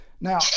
Now